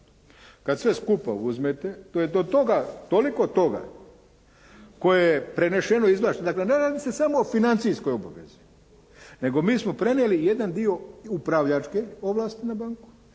Kad sve skupa uzmete to je toliko toga koje je prenešeno, dakle ne radi se samo o financijskoj obavezi, nego mi smo prenijeli jedan dio upravljačke ovlasti na banku,